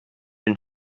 and